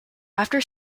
after